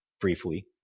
briefly